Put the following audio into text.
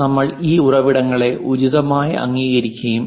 അതിനാൽ ഞങ്ങൾ ഈ ഉറവിടങ്ങളെ ഉചിതമായി അംഗീകരിക്കും